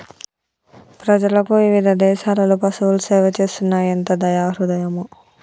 ప్రజలకు ఇవిధ దేసాలలో పసువులు సేవ చేస్తున్నాయి ఎంత దయా హృదయమో